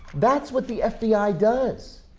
that's what the fbi does.